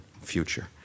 future